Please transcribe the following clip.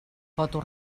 foto